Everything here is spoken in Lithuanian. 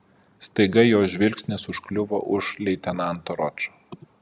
staiga jos žvilgsnis užkliuvo už leitenanto ročo